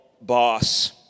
Boss